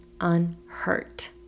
unhurt